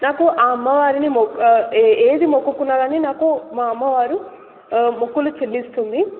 నాకు ఆ అమ్మవారిని మొక్క ఏది మొక్కుకున్నా గానీ నాకు మా అమ్మవారు మొక్కులు చెల్లిస్తుంది